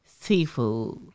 seafood